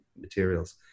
materials